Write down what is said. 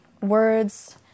words